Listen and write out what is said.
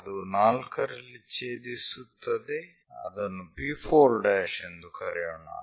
ಅದು 4 ರಲ್ಲಿ ಛೇದಿಸುತ್ತದೆ ಅದನ್ನು P4' ಎಂದು ಕರೆಯೋಣ